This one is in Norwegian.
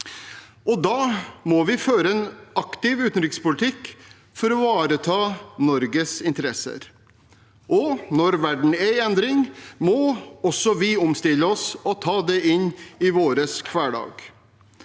og da må vi føre en aktiv utenrikspolitikk for å ivareta Norges interesser. Når verden er i endring, må også vi omstille oss og ta det inn i vår hverdag.